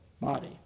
body